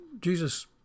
Jesus